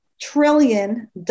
trillion